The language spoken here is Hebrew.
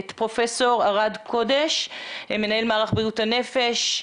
פרופ' ערד קודש מנהל מערך בריאות הנפש.